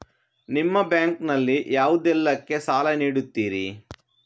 ನಿಮ್ಮ ಬ್ಯಾಂಕ್ ನಲ್ಲಿ ಯಾವುದೇಲ್ಲಕ್ಕೆ ಸಾಲ ನೀಡುತ್ತಿರಿ?